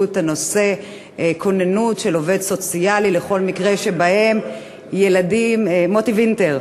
הנושא כוננות של עובד סוציאלי לכל מקרה שבו מוטי וינטר.